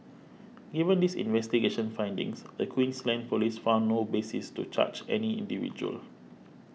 given these investigation findings the Queensland Police found no basis to charge any individual